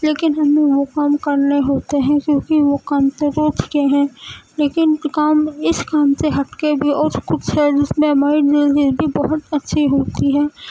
لیکن ہمیں وہ کام کرنے ہوتے ہیں کیونکہ وہ کام تو روز کے ہیں لیکن کام اس کام سے ہٹ کے بھی اور کچھ شاید اس میں بہت اچھی ہوتی ہے